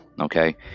okay